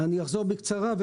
אני אחזור בקצרה.